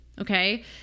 Okay